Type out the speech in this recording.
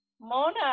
mona